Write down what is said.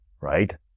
Right